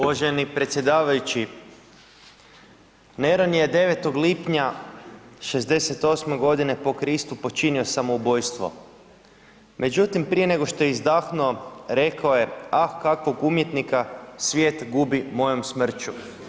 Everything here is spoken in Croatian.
Uvaženi predsjedavajući, Neron je 9. lipnja 68 godine po Kristu počinio samoubojstvo, međutim prije što je izdahnuo rekao je, ah kakvog umjetnika svijet gubi mojom smrću.